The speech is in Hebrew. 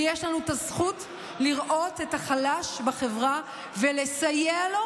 ויש לנו את הזכות לראות את החלש בחברה ולסייע לו